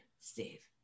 Steve